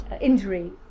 injury